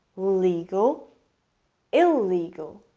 legal illegal